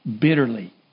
bitterly